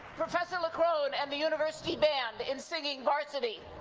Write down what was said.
professor leckrone and the university band in singing varsity.